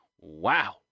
wow